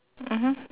mmhmm